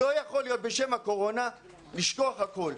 לא יכול להיות שבשם הקורונה שוכחים הכול.